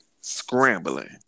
scrambling